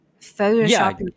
Photoshop